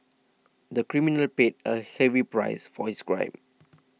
the criminal paid a heavy price for his crime